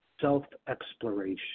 self-exploration